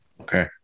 Okay